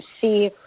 see